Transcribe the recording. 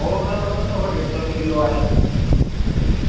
हो अगरि वठंदव त हो ॾेढ सौ रुपिए किलो आहे